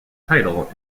title